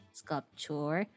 sculpture